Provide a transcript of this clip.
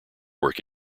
work